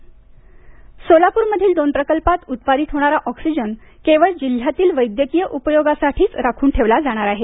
Solapur oxygen Solapur मधील दोन प्रकल्पात उत्पादीत होणारा ऑक्सिजन केवळ जिल्ह्यातील वैद्यकीय उपयोगासाठीच राखून ठेवला जाणार आहे